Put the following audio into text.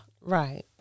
right